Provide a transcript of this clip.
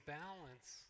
balance